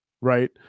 Right